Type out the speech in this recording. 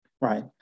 Right